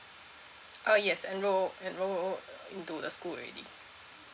uh yes enroll enroll into the school already